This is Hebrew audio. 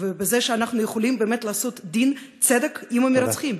ובזה שאנחנו יכולים באמת לעשות דין צדק עם המרצחים,